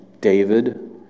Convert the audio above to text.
David